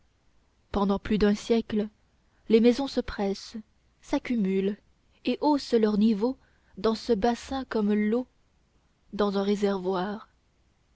pendant plus d'un siècle les maisons se pressent s'accumulent et haussent leur niveau dans ce bassin comme l'eau dans un réservoir